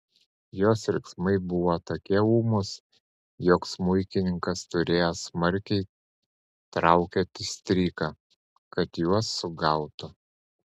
jos riksmai buvo tokie ūmūs jog smuikininkas turėjo smarkiai traukioti stryką kad juos sugautų